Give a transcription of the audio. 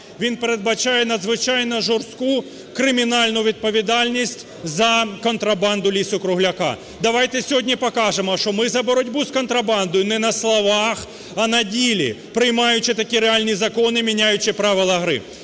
Він передбачає надзвичайно жорстку кримінальну відповідальність за контрабанду лісу-кругляка. Давайте сьогодні покажемо, що ми за боротьбу з контрабандою не на словах, а на ділі, приймаючи такі реальні закони, міняючи правила гри.